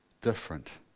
different